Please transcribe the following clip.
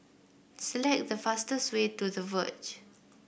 select the fastest way to The Verge